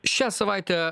šią savaitę